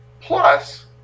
Plus